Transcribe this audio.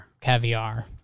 Caviar